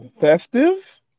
Festive